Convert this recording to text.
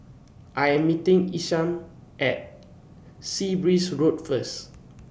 I Am meeting Isham At Sea Breeze Road First